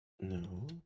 No